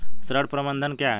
ऋण प्रबंधन क्या है?